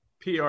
PR